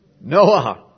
Noah